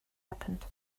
happened